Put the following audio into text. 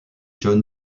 jon